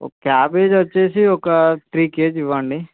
ఒక క్యాబేజ్ వచ్చి ఒక త్రీ కేజీ ఇవ్వండి